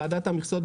ועדת המכסות,